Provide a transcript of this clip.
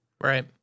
Right